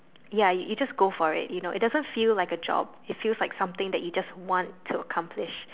ya you just go for it you know it doesn't feel like a job it feels like something that you just want to accomplish